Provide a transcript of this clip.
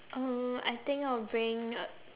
uh I think I'll bring a